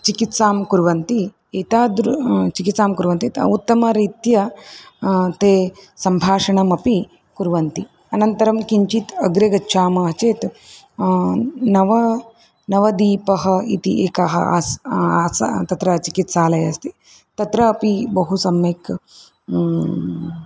चिकित्सां कुर्वन्ति एतादृशं चिकित्सां कुर्वन्ति त उत्तमरीत्या ते सम्भाषणमपि कुर्वन्ति अनन्तरं किञ्चित् अग्रे गच्छामः चेत् नवनवदीपः इति एकः आसीत् आसीत् तत्र चिकित्सालयः अस्ति तत्र अपि बहु सम्यक्